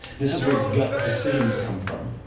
this is where gut decisions come from.